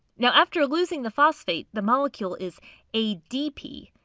now after losing the phosphate, the molecule is adp,